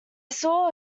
saw